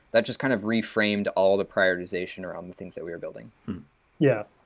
that just kind of reframed all the prioritization around the things that we are building yeah.